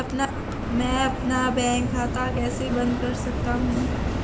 मैं अपना बैंक खाता कैसे बंद कर सकता हूँ?